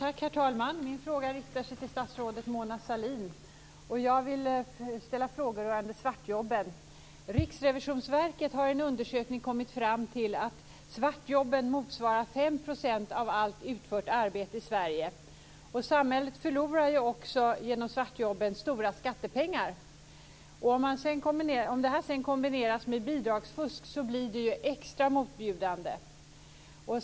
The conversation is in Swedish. Herr talman! Min fråga riktar sig till statsrådet Mona Sahlin. Jag vill ställa frågor gällande svartjobben. Riksrevisionsverket har i en undersökning kommit fram till att svartjobben motsvarar 5 % av allt utfört arbete i Sverige. Samhället förlorar ju genom svartjobben stora skattepengar. Om det här sedan kombineras med bidragsfusk blir det extra motbjudande.